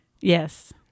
Yes